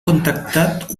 contactat